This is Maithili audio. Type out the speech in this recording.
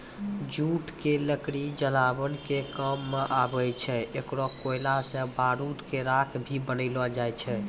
जूट के लकड़ी जलावन के काम मॅ आवै छै, एकरो कोयला सॅ बारूद के राख भी बनैलो जाय छै